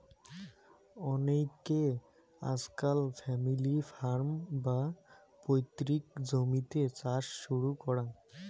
অনেইকে আজকাল family farm, বা পৈতৃক জমিতে চাষ শুরু করাং